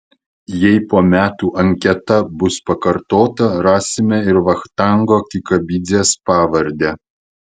jei po metų anketa bus pakartota rasime ir vachtango kikabidzės pavardę